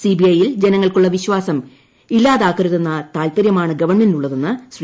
സിബിഐയിൽ ജനങ്ങൾക്കുള്ള വിശ്വാസം ഇല്ലാതാരുക്കതെന്ന താത്പര്യമാണ് ഗവൺമെന്റിനുള്ളതെന്ന് ശ്രീ